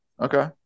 Okay